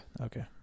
Okay